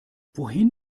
wohin